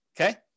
okay